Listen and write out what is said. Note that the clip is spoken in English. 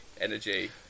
energy